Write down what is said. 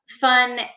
fun